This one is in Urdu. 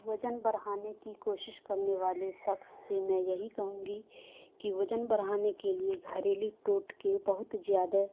وزن بڑھانے کی کوشش کرنے والے شخص سے میں یہی کہوں گی کہ وزن بڑھانے کے لیے گھریلو ٹوٹکے بہت زیادہ